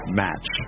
match